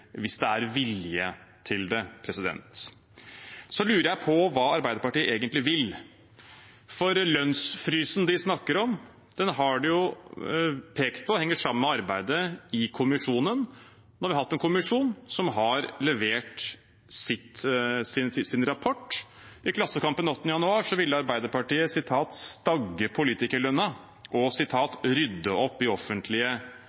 hvis det er vilje til det. Så lurer jeg på hva Arbeiderpartiet egentlig vil, for lønnsfrysen de snakker om, har de jo pekt på henger sammen med arbeidet i kommisjonen. Nå har vi hatt en kommisjon som har levert sin rapport. I Klassekampen 8. januar ville Arbeiderpartiet «stagge politikerlønna» og